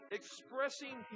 expressing